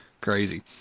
crazy